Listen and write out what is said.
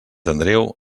andreu